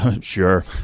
sure